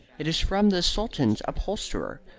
it is from the sultan's upholsterer.